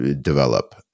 Develop